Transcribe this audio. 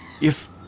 If-